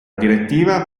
direttiva